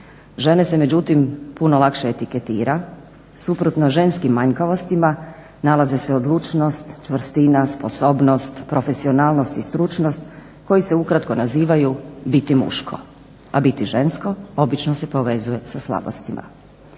Žene se međutim puno lakše etiketira, suprotno ženskim manjkavostima nalaze se odlučnost, čvrstina, sposobnost, profesionalnost i stručnost koji se ukratko nazivaju biti muško, a biti žensko obično se povezuje sa slabosti.